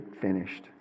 finished